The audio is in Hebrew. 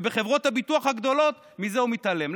ומחברות הביטוח הגדולות הוא מתעלם?